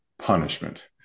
punishment